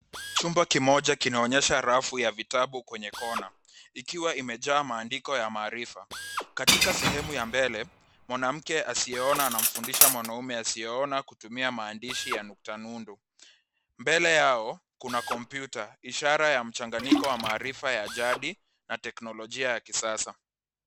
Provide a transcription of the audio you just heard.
Chumba kimoja kinaonyesha rafu ya vitabu kwenye kona. Ikiwa imejaa maandiko ya maarifa. Katika sehemu ya mbele, mwanamke asiyeona anamfundisha mwanaume asiyeona kutumia maandishi ya nukta nundu. Mbele yao kuna komputa, ishara ya mchanganyiko wa maarifa ya jadi na teknolojia ya kisasa.